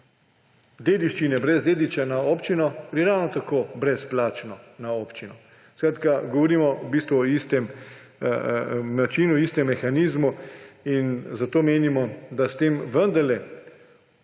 dediščine brez dediča na občino, gre ravno tako brezplačno na občino. Govorimo v bistvu o istem načinu, istem mehanizmu. Zato menimo, da s tem vendarle